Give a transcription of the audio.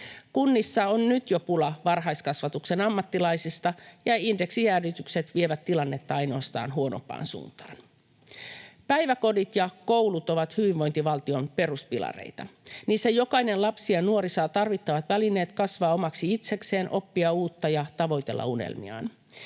Kunnissa on nyt jo pula varhaiskasvatuksen ammattilaisista, ja indeksijäädytykset vievät tilannetta ainoastaan huonompaan suuntaan. Päiväkodit ja koulut ovat hyvinvointivaltion peruspilareita. Niissä jokainen lapsi ja nuori saa tarvittavat välineet kasvaa omaksi itsekseen, oppia uutta ja tavoitella unelmiaan.